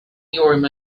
your